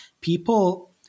people